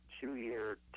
two-year